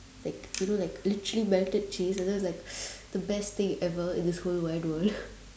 like you know like literally melted cheese and then it's just like literally the best thing ever in this whole wide world